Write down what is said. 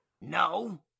No